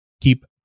keep